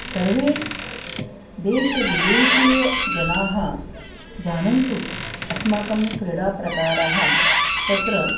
सर्वे देशविदेशीयजनाः जानन्तु अस्माकं क्रीडाप्रकारान् तत्र